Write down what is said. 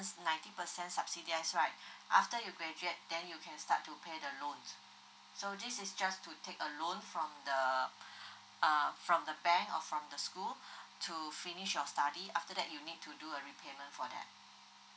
ninety percent subsidies right after you graduate then you can start to pay the loan so this is just to take a loan from the uh from the bank or from the school to finish your study after that you need to do a repayment for that